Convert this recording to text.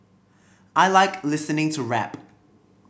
I like listening to rap